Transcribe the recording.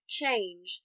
change